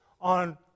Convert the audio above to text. on